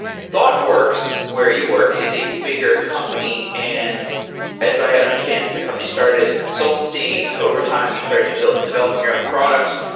thoughtworks, where you work, is a bigger company. and as i understand, the company started as a consultancy. overtime, you started developed developed your own products.